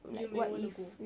you may want to go